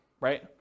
right